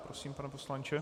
Prosím, pane poslanče.